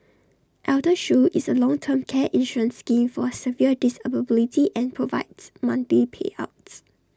eldershield is A long term care insurance scheme for severe disability and provides monthly payouts